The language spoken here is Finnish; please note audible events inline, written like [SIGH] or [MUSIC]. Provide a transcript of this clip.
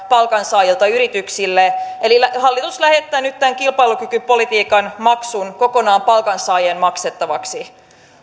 [UNINTELLIGIBLE] palkansaajilta yrityksille eli hallitus lähettää nyt tämän kilpailukykypolitiikan maksun kokonaan palkansaajien maksettavaksi